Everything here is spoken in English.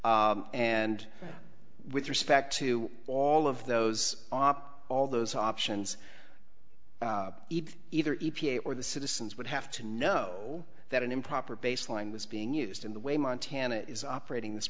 y and with respect to all of those opt all those options either e p a or the citizens would have to know that an improper baseline was being used in the way montana is operating this